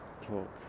Talk